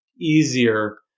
easier